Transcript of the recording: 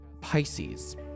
Pisces